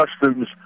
customs